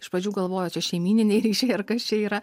iš pradžių galvojo čia šeimyniniai ryšiai ar kas čia yra